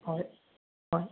হয় হয়